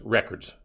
records